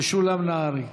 משולם נהרי.